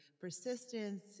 persistence